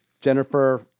Jennifer